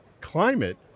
climate